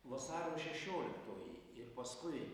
vasario šešioliktoji ir paskui